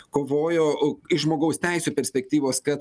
kovojo u iš žmogaus teisių perspektyvos kad